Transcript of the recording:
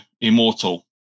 Immortal